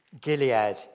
Gilead